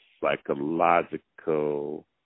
psychological